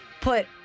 put